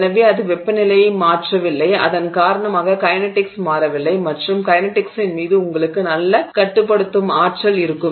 எனவே அது வெப்பநிலையை மாற்றவில்லை அதன் காரணமாக கைநடிக்ஸ் மாறவில்லை மற்றும் கைநடிக்ஸின் மீது உங்களுக்கு நல்ல கட்டுப்படுத்தும் ஆற்றல் அதிகாரம் இருக்கும்